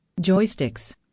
Joysticks